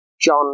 John